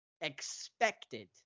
expected